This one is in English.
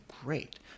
great